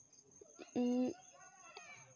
ᱮᱸᱜ